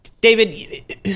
David